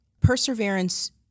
Perseverance